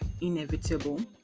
inevitable